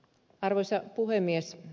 arvoisa puhemies